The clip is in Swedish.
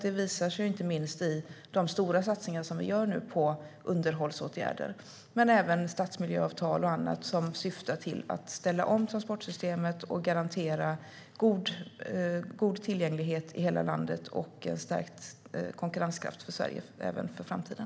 Det visar sig inte minst i de stora satsningar som vi nu gör på underhållsåtgärder men även stadsmiljöavtal och annat som syftar till att ställa om transportsystemet och garantera god tillgänglighet i hela landet och en stärkt konkurrenskraft för Sverige även i framtiden.